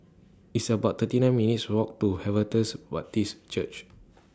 It's about thirty nine minutes' Walk to Harvester Baptist Church